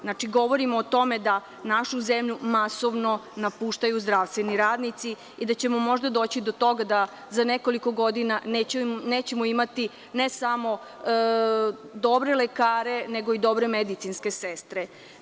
Znači, govorim o tome da našu zemlju masovno napuštaju zdravstveni radnici i da ćemo možda doći do toga da za nekoliko godina nećemo imati, ne samo dobre lekare, nego i dobre medicinske sestre.